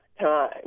time